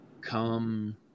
come